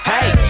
Hey